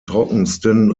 trockensten